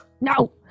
No